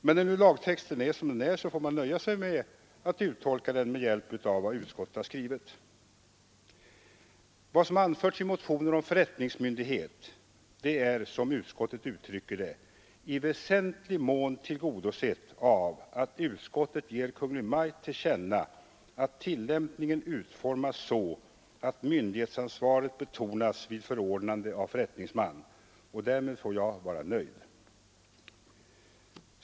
Men när nu lagtexten är som den är får man nöja sig med att uttolka den med hjälp av vad utskottet har skrivit: Vad som anförts i motionen om förrättningsmyndighet är, som utskottet uttrycker det, i väsentlig mån tillgodosett av att utskottet vill ge Kungl. Maj:t till känna att tillämpningen utformas så att myndighetsansvaret betonas vid förordnande av förrättningsman. Därmed får jag vara nöjd.